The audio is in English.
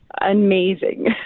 amazing